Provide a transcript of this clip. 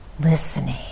listening